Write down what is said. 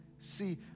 See